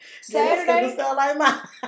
Saturday